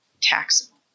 taxable